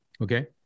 Okay